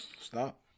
stop